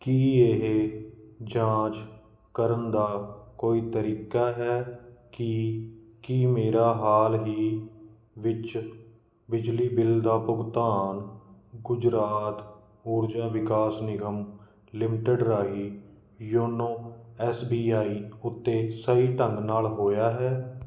ਕੀ ਇਹ ਜਾਂਚ ਕਰਨ ਦਾ ਕੋਈ ਤਰੀਕਾ ਹੈ ਕਿ ਕੀ ਮੇਰਾ ਹਾਲ ਹੀ ਵਿੱਚ ਬਿਜਲੀ ਬਿੱਲ ਦਾ ਭੁਗਤਾਨ ਗੁਜਰਾਤ ਊਰਜਾ ਵਿਕਾਸ ਨਿਗਮ ਲਿਮਿਟਡ ਰਾਹੀਂ ਯੋਨੋ ਐੱਸ ਬੀ ਆਈ ਉੱਤੇ ਸਹੀ ਢੰਗ ਨਾਲ ਹੋਇਆ ਹੈ